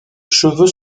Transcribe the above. cheveux